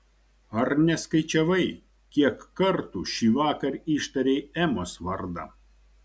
ar neskaičiavai kiek kartų šįvakar ištarei emos vardą